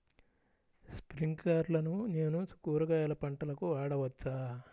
స్ప్రింక్లర్లను నేను కూరగాయల పంటలకు వాడవచ్చా?